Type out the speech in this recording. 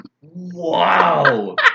Wow